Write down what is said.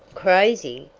crazy!